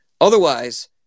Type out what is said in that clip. Otherwise